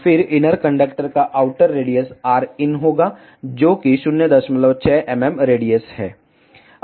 फिर inner conductor का outer radius rin होगा जो कि 06 mm रेडियस है